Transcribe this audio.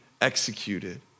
executed